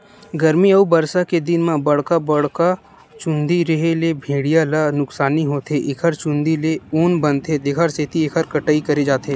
गरमी अउ बरसा के दिन म बड़का बड़का चूंदी रेहे ले भेड़िया ल नुकसानी होथे एखर चूंदी ले ऊन बनथे तेखर सेती एखर कटई करे जाथे